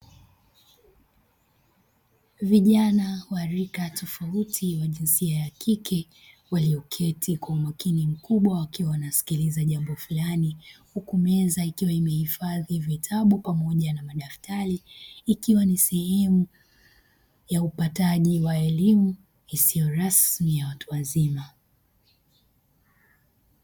Vijana wa rika tofauti wa jinsia ya kike walioketi kwa umakini mkubwa wakiwa wanaikiliza jambo fulani huku meza ikiwa imehifadhi vitabu pamoja na madaftari ikiwa ni sehemu ya upataji wa elimu isiyo rasmi ya watu wazima.